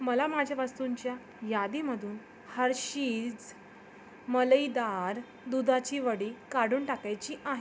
मला माझ्या वस्तूंच्या यादीमधून हर्षीज् मलईदार दुधाची वडी काढून टाकायची आहे